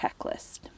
Checklist